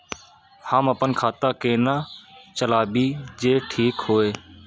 हम अपन खाता केना चलाबी जे ठीक होय?